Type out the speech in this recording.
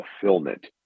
fulfillment